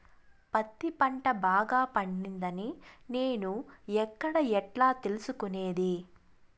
పత్తి పంట బాగా పండిందని నేను ఎక్కడ, ఎట్లా తెలుసుకునేది?